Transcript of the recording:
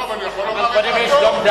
לא, אבל הוא יכול לומר את דעתו.